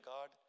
God